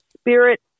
spirit